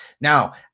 Now